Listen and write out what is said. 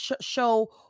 show